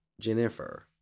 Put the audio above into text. Jennifer